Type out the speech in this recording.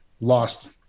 lost